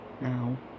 now